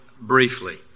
briefly